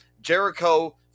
jericho